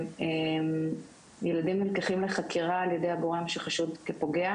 שבהם ילדים נלקחים לחקירה ע"י הגורם שחשוד כפוגע